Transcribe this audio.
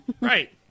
Right